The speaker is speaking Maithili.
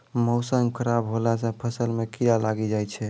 मौसम खराब हौला से फ़सल मे कीड़ा लागी जाय छै?